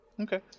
Okay